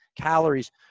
calories